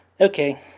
Okay